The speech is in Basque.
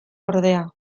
ordea